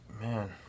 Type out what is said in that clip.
man